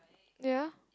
ya